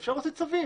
ואפשר להוציא צווים.